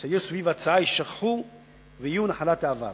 שהיו סביב ההצעה יישכחו ויהיו נחלת העבר.